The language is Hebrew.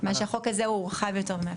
מה שהחוק הזה הוא רחב יותר מאפשר.